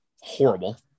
horrible